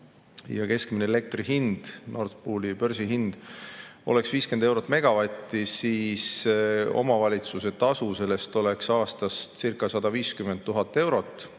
ja keskmine elektri hind, Nord Pooli börsihind oleks 50 eurot megavatt, siis omavalitsuse tasu sellest oleks aastastcirca150 000 eurot.